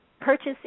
purchase